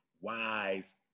wise